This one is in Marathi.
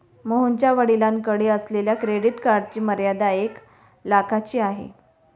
मोहनच्या वडिलांकडे असलेल्या क्रेडिट कार्डची मर्यादा एक लाखाची आहे